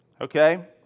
Okay